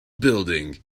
building